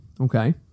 Okay